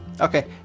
Okay